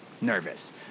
nervous